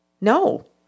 no